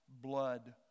blood